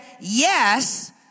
yes